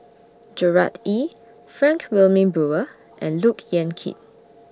Gerard Ee Frank Wilmin Brewer and Look Yan Kit